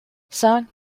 cinq